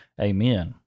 Amen